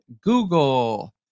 Google